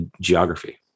geography